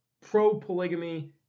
pro-polygamy